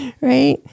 Right